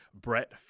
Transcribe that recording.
Brett